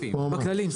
בכללים.